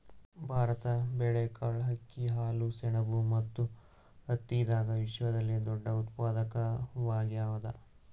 ಭಾರತ ಬೇಳೆಕಾಳ್, ಅಕ್ಕಿ, ಹಾಲು, ಸೆಣಬು ಮತ್ತು ಹತ್ತಿದಾಗ ವಿಶ್ವದಲ್ಲೆ ದೊಡ್ಡ ಉತ್ಪಾದಕವಾಗ್ಯಾದ